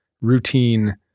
routine